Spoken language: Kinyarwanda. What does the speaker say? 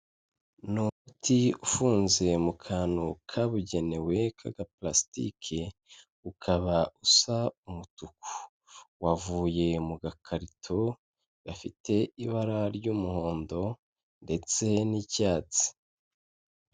Ni umuti ufunze mu kantu kabugenewe k'agaparasitike ukaba usa umutuku, wavuye mu gakarito gafite ibara ry'umuhondo ndetse n'icyatsi.